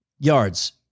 Yards